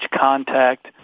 contact